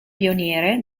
pioniere